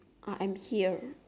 uh I'm here